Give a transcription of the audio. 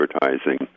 advertising